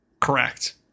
Correct